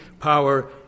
power